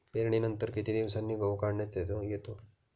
पेरणीनंतर किती दिवसांनी गहू काढण्यात येतो?